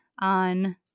on